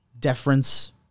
deference